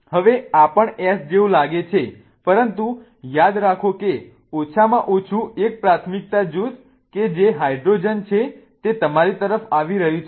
હવે આ પણ S જેવું લાગે છે પરંતુ યાદ રાખો કે ઓછામાં ઓછું એક પ્રાથમિકતા જૂથ કે જે હાઇડ્રોજન છે તે તમારી તરફ આવી રહ્યું છે